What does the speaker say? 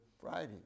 Friday